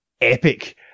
epic